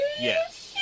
Yes